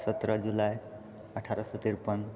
सत्रह जुलाइ अठारह सए तिरपन